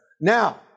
Now